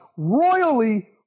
royally